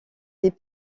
des